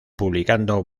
publicando